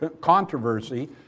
controversy